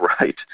right